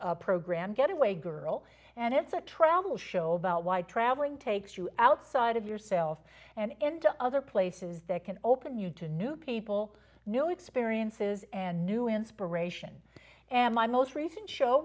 valley program getaway girl and it's a travel show about why traveling takes you outside of yourself and into other places that can open you to new people new experiences and new inspiration and my most recent show